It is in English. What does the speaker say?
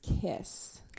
kiss